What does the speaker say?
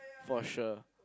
for sure